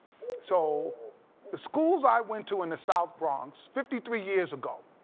so the schools i went to in the south bronx fifty three years ago,